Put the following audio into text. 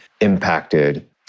impacted